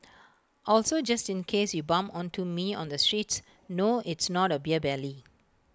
also just in case you bump onto me on the streets no it's not A beer belly